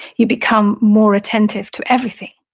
you become more attentive to everything.